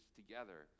together